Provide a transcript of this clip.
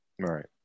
Right